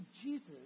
Jesus